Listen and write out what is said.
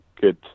good